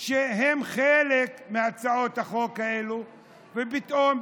שהם חלק מהצעות החוק האלה ופתאום,